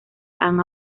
han